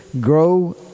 grow